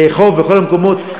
לאכוף בכל המקומות,